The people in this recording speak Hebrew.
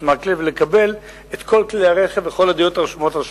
מקלב ולקבל את כל כלי הרכב וכל הדירות הרשומות על שמו,